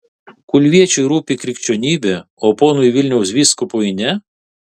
kulviečiui rūpi krikščionybė o ponui vilniaus vyskupui ne